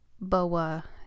BOA